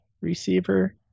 receiver